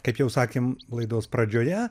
kaip jau sakėm laidos pradžioje